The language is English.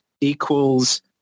equals